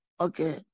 okay